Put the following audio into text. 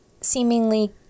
seemingly